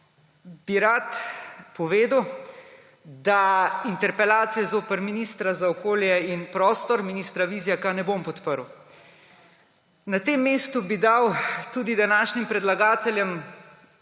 bi rad povedal, da interpelacije zoper ministra za okolje in prostor, ministra Vizjaka ne bom podprl. Na tem mestu bi dal tudi današnjim predlagateljem